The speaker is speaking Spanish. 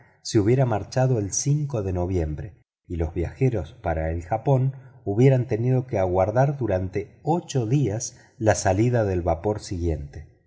se hubiera marchado el de noviembre y los viajeros para el japón hubieran tenido que aguardar durante ocho días la salida del vapor siguiente